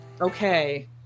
okay